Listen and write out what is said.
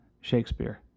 Shakespeare